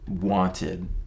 wanted